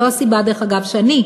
זו הסיבה, דרך אגב, שאני,